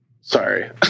Sorry